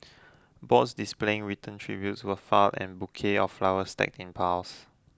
boards displaying written tributes were far and bouquets of flowers stacked in piles